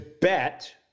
bet